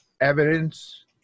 evidence